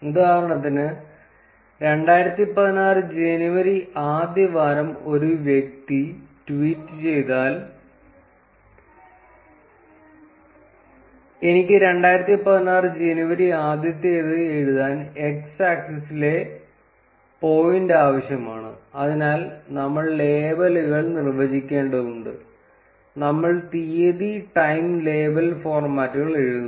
ഉദാഹരണത്തിന് 2016 ജനുവരി ആദ്യവാരം ഒരു വ്യക്തി ട്വീറ്റ് ചെയ്താൽ എനിക്ക് 2016 ജനുവരി ആദ്യത്തേത് എഴുതാൻ x axis ലെ പോയിന്റ് ആവശ്യമാണ് അതിനായി നമ്മൾ ലേബലുകൾ നിർവ്വചിക്കേണ്ടതുണ്ട് നമ്മൾ തീയതി ടൈം ലേബൽ ഫോർമാറ്റുകൾ എഴുതുന്നു